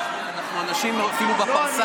אנשים עוד אפילו בפרסה.